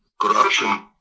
corruption